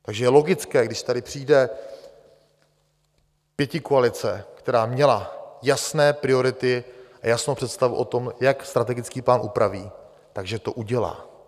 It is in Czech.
Takže je logické, když tady přijde pětikoalice, která měla jasné priority a jasnou představu o tom, jak strategický plán upraví, tak že to udělá.